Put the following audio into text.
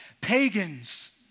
pagans